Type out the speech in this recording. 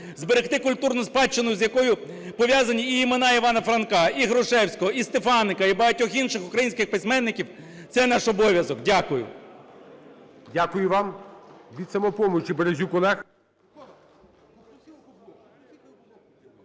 зберегти культурну спадщину, з якою пов'язані і імена Івана Франка, і Грушевського, і Стефаника, і багатьох інших українських письменників, – це наш обов'язок. Дякую. ГОЛОВУЮЧИЙ. Дякую вам. Від "Самопомочі" Березюк Олег.